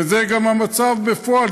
וזה גם המצב בפועל.